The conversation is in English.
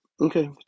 okay